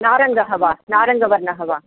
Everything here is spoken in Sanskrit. नारङ्गः वा नारङ्गवर्णः वा